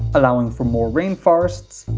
allowing for more rain forests.